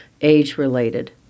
age-related